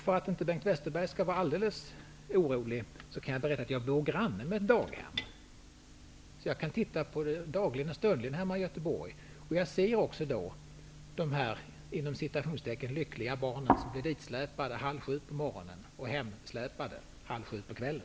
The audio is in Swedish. För att Bengt Wes terberg inte skall vara för orolig kan jag berätta att jag bor granne med ett daghem. Dagligen och stundligen kan jag hemma i Göteborg titta på det. Jag ser då de här ''lyckliga'' barnen, som släpas dit halv sju på morgonen och hem halv sju på kväl len.